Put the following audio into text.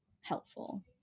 helpful